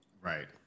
Right